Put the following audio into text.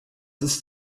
ist